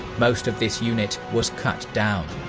most of this unit was cut down.